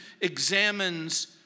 examines